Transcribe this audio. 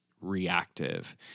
reactive